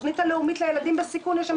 התוכנית הלאומית לילדים בסיכון יש שם